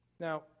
Now